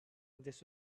this